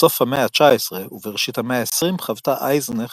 בסוף המאה ה-19 ובראשית המאה ה-20 חוותה אייזנך